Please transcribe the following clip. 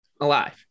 alive